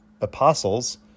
apostles